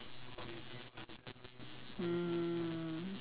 mm